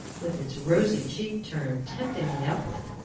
with its rosy cheek turned temptingly upward!